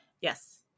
Yes